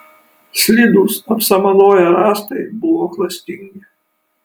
slidūs apsamanoję rąstai buvo klastingi